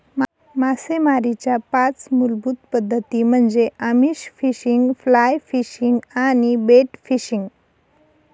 मासेमारीच्या पाच मूलभूत पद्धती म्हणजे आमिष फिशिंग, फ्लाय फिशिंग आणि बेट फिशिंग